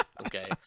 Okay